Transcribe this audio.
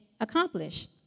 accomplish